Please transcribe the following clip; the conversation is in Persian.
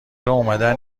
اومدن